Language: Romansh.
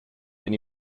ein